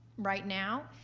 right now,